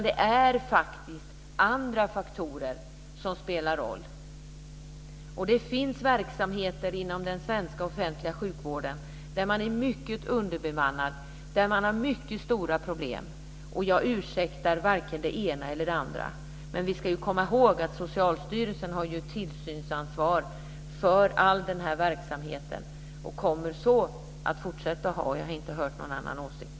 Det är faktiskt andra faktorer som spelar roll. Det finns verksamheter inom den svenska offentliga sjukvården där man är mycket underbemannad och där man har mycket stora problem. Jag ursäktar varken det ena eller det andra. Men vi ska komma ihåg att Socialstyrelsen har tillsynsansvar för all denna verksamheten och kommer så att fortsätta att ha. Jag har inte hört någon annan åsikt.